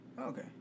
Okay